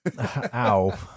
Ow